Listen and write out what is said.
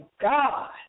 God